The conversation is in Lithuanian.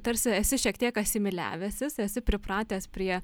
tarsi esi šiek tiek asimiliavęsis esi pripratęs prie